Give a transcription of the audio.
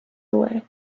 away